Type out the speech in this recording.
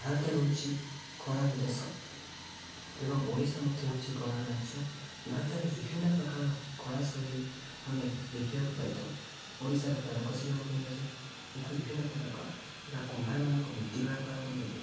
ଭାରତ ହେଉଛି କଳାର ଦେଶ ଏବଂ ଓଡ଼ିଶା ମଧ୍ୟ ହେଉଛି କଳାର ରାଜ୍ୟ ଭାରତରେ ବିଭିନ୍ନ ପ୍ରକାର କଳା ଶୈଳୀ ଆମେ ଦେଖିବାକୁ ପାଇଥାଉ ଓଡ଼ିଶାର ତାରକସି କାମକୁ ନିଆଯାଉ ଏହା ବିଭିନ୍ନ ପ୍ରକାର କଳା ବା କୁମ୍ଭାରମାନଙ୍କ ମୂର୍ତ୍ତିଗଢ଼ା କଳାକୁ ନିଆଯାଉ